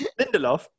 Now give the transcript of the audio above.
Lindelof